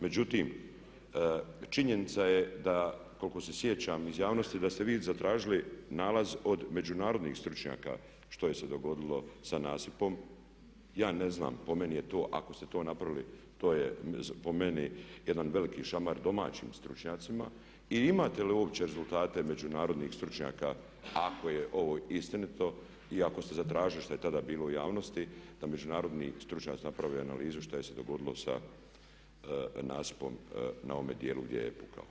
Međutim, činjenica je da, koliko se sjećam iz javnosti da ste vi zatražili nalaz od međunarodnih stručnjaka, što je se dogodilo sa nasipom, ja ne znam, po meni je to, ako ste to napravili, to je po meni jedan veliki šamar domaćim stručnjacima i imate li uopće rezultate međunarodnih stručnjaka ako je ovo istinito i ako ste zatražili šta je tada bilo u javnosti da međunarodni stručnjaci naprave analizu šta je se dogodilo sa nasipom na onome dijelu gdje je pukao.